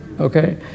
okay